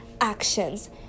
actions